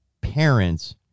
parents